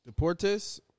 Deportes